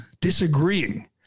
disagreeing